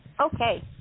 Okay